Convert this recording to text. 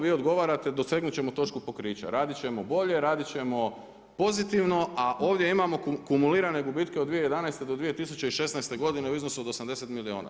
Vi odgovarate dosegnuti ćemo točku pokrića, raditi ćemo bolje, raditi ćemo pozitivno a ovdje imamo kumulirane gubitke od 2011. do 2016. godine u iznosu od 80 milijuna.